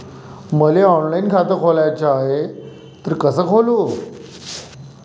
मले ऑनलाईन खातं खोलाचं हाय तर कस खोलू?